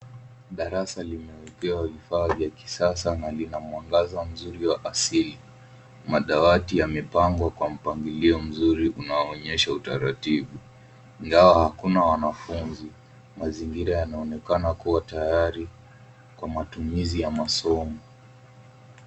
Darasa limewekewa vifaa vya kisasa na lina mwangaza mzuri wa asili. Madawati yamepangwa kwa mpangilio mzuri unaoonyesha utaratibu. Ingawa hakuna wanafunzi mazingira yanaonekana kuwa tayari kwa matumizi ya masomo.